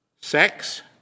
Sex